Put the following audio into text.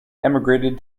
emigrated